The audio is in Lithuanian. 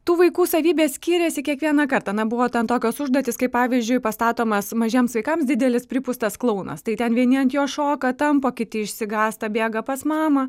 tų vaikų savybės skyrėsi kiekvieną kartą na buvo ten tokios užduotys kai pavyzdžiui pastatomas mažiems vaikams didelis pripūstas klounas tai ten vieni ant jo šoka tampo kiti išsigąsta bėga pas mamą